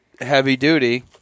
heavy-duty